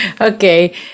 Okay